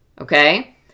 okay